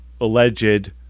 alleged